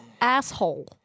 asshole